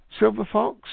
Silverfox